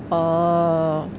oh